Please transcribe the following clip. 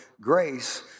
grace